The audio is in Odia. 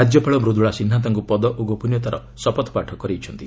ରାଜ୍ୟପାଳ ମୃଦୁଳା ସିହ୍ନା ତାଙ୍କୁ ପଦ ଓ ଗୋପନୀୟତାର ଶତପଥ ପାଠ କରାଇଛନ୍ତି